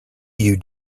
you